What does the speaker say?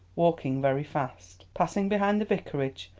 walking very fast. passing behind the vicarage,